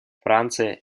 франция